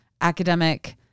academic